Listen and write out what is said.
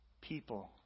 people